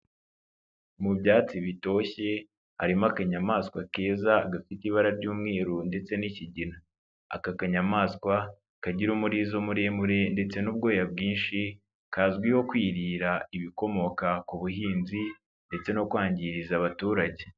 Mu byatsi bitoshye harimo akanyamaswa keza gafite ibara ry'umweru ndetse n'ikigina, aka kanyamaswa kagira umurizo muremure ndetse n'ubwoya bwinshi, kazwiho kwirira ibikomoka ku buhinzi ndetse no kwangiriza abaturage.